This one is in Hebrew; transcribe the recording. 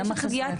למה חסר?